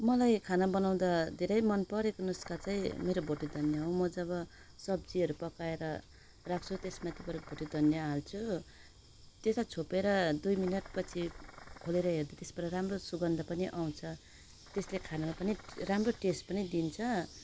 मलाई खाना बनाउँदा धेरै मनपरेको नुस्का चाहिँ मेरो भोटे धनिया हो म जब सब्जीहरू पकाएर राख्छु त्यसमाथिबाट भोटे धनिया हाल्छु त्यसलाई छोपेर दुई मिनटपछि खोलेर हेर्दा त्यसबाट राम्रो सुगन्ध पनि आउँछ त्यसले खानामा पनि राम्रो टेस्ट पनि दिन्छ